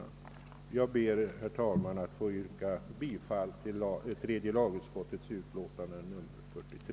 Jag ber att få yrka bifall till tredje lagutskottets förslag i dess utlåtande nr 43.